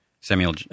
Samuel